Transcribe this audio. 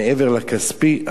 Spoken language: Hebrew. מעבר לכספי,